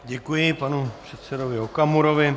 Děkuji panu předsedovi Okamurovi.